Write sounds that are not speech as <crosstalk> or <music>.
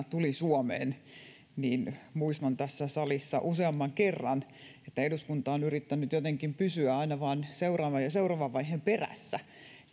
<unintelligible> tuli suomeen tässä salissa useamman kerran eduskunta on yrittänyt jotenkin pysyä aina vain seuraavan ja seuraavan vaiheen perässä